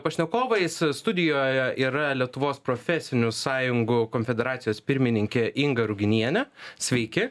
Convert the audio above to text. pašnekovais studijoje yra lietuvos profesinių sąjungų konfederacijos pirmininkė inga ruginienė sveiki